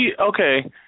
Okay